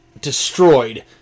destroyed